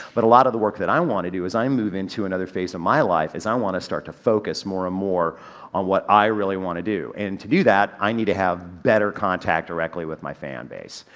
but a lot of the work that i want to do as i move into another phase in my life is i wanna start to focus more and more on what i really want to do. and to do that i need to have better contact directly with my fan base.